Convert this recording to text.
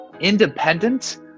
independent